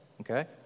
okay